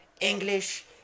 English